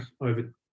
over